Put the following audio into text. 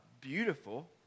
Beautiful